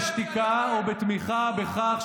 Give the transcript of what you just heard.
בשתיקה או בתמיכה בכך,